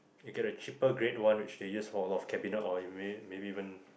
you get a cheaper grade one which they use for a lot of cabinet or maybe maybe even